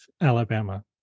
Alabama